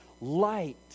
light